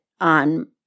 on